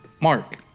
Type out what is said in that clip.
Mark